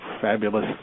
fabulous